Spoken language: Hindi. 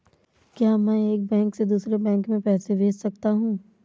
क्या मैं एक बैंक से दूसरे बैंक में पैसे भेज सकता हूँ?